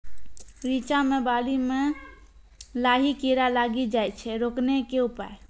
रिचा मे बाली मैं लाही कीड़ा लागी जाए छै रोकने के उपाय?